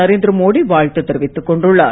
நரேந்திரமோடி வாழ்த்து தெரிவித்துக் கொண்டுள்ளார்